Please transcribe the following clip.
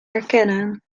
herkennen